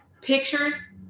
pictures